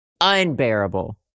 unbearable